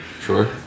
Sure